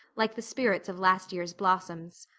like the spirits of last year's blossoms.